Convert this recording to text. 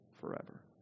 forever